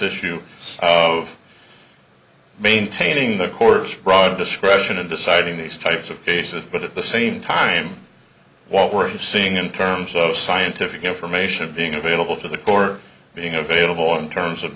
you of maintaining the course broad discretion in deciding these types of cases but at the same time what we're seeing in terms of scientific information being available to the core being available in terms of